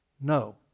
No